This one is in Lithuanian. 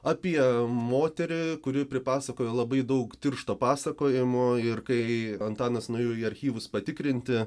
apie moterį kuri pripasakojo labai daug tiršto pasakojimo ir kai antanas nuėjo į archyvus patikrinti